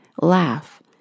laugh